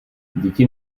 děti